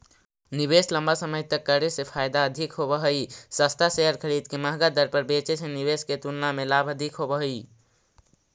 निवेश लंबा समय तक करे से फायदा अधिक होव हई, सस्ता शेयर खरीद के महंगा दर पर बेचे से निवेश के तुलना में लाभ अधिक होव हई